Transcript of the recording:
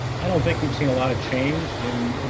i don't think we've seen a lot of change in,